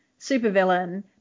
supervillain